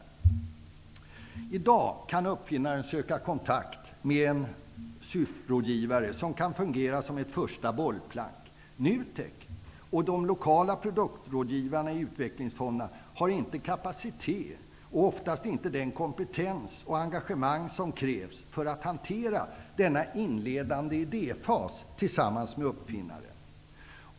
Uppfinnaren kan i dag söka kontakt med en SUF rådgivare, som kan fungera som ett första bollplank. NUTEK och de lokala produktrådgivarna i Utvecklingsfonden har inte den kapacitet och oftast inte den kompetens och det engagemang som krävs för att hantera den inledande idéfasen tillsammans med uppfinnaren.